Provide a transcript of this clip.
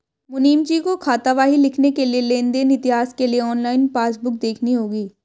मुनीमजी को खातावाही लिखने के लिए लेन देन इतिहास के लिए ऑनलाइन पासबुक देखनी होगी